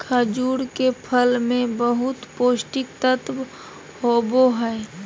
खजूर के फल मे बहुत पोष्टिक तत्व होबो हइ